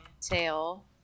tail